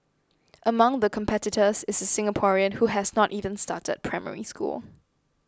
among the competitors is a Singaporean who has not even started Primary School